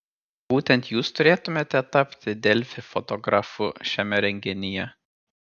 būtent jūs turėtumėte tapti delfi fotografu šiame renginyje